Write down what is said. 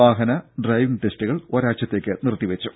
വാഹന ഡ്രൈവിങ് ടെസ്റ്റുകൾ ഒരാഴ്ചത്തേക്ക് നിർത്തിവെച്ചു